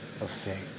effect